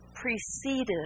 preceded